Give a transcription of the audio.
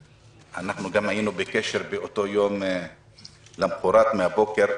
גם היינו בקשר למוחרת אותו יום מהבוקר,